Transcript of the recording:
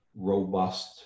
robust